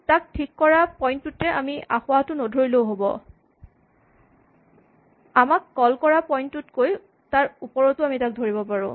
তাক ঠিক কৰা পইন্ট টোতে আমি আসোঁৱাহটো নধৰিলেও হব আমাক কল কৰা পইন্ট টোতকৈ ওপৰতো তাক ধৰিব পাৰোঁ